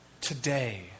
today